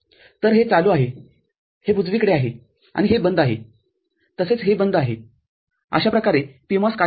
तर हे चालू आहे हे उजवीकडे आहे आणि हे बंद आहे तसेच हे बंद आहे अशाप्रकारे PMOS कार्य करेल